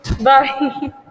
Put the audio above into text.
Bye